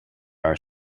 are